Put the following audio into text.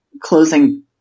closing